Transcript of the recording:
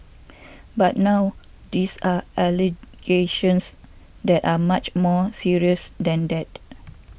but now these are allegations that are much more serious than that